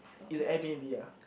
is a Airbnb uh